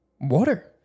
water